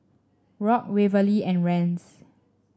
Rock Waverly and Rance